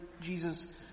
Jesus